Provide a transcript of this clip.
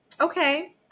okay